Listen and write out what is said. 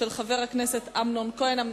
התשס"ט 2009, של חבר הכנסת אמנון כהן.